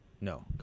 No